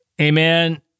Amen